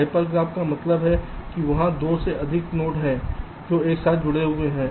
hyper graph का मतलब है कि वहां 2 से अधिक नोड हैं जो एक साथ जुड़े हुए हैं